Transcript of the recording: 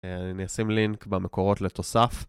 אני אשים לינק במקורות לתוסף